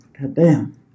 Goddamn